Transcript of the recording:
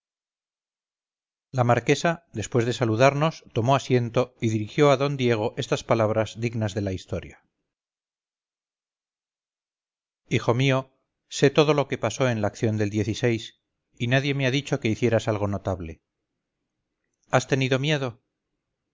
la marquesa después de saludarnos tomó asiento y dirigió a d diego estas palabras dignas de la historia hijo mío sé todo lo que pasó en la acción del y nadie me ha dicho que hicieras algo notable has tenido miedo